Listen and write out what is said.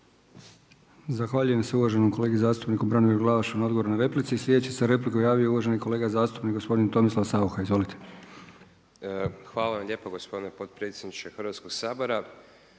Zahvaljujem se uvaženom kolegi Branimiru Glavašu na odgovoru na replici. Sljedeći se za repliku javio uvaženi kolega zastupnik gospodin Tomislav Saucha, izvolite. **Saucha, Tomislav (SDP)** Hvala vam lijepa gospodine potpredsjedniče Hrvatskog sabora.